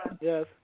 Yes